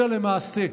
אלא למעשה".